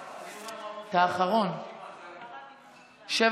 אני אומר מה מופיע אצלי ברשימה.